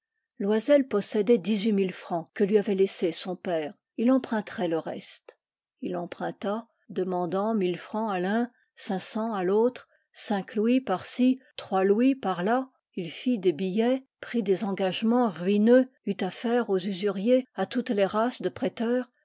loisel possédait dix-huit mille francs que lui avait laissés son père ii emprunterait le rest ill emprunta demandant mille francs à l'un cinq cents à l'autre cinq louis par-ci trois louis par-là il fit des billets prit des engagements ruineux eut affaire aux usuriers à toutes les races de prêteurs